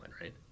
right